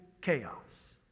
chaos